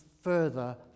further